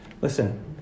Listen